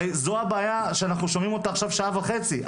הרי זו הבעיה שאנחנו שומעים אותה עכשיו שעה וחצי,